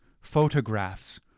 photographs